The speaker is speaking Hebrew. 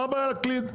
מה הבעיה להקליד?".